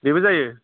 बेबो जायो